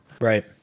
Right